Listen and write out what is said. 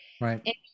Right